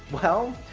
well,